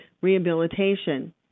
Rehabilitation